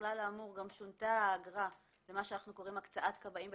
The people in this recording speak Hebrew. ובכלל האמור גם שונתה האגרה לְמה שאנחנו קוראים לו הקצאת כבאים בתשלום,